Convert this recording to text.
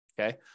okay